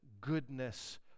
goodness